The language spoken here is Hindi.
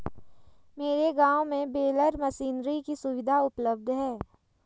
मेरे गांव में बेलर मशीनरी की सुविधा उपलब्ध है